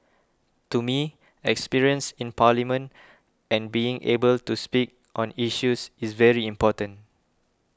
to me experience in Parliament and being able to speak on issues is very important